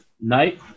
night